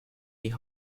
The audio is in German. die